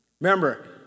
Remember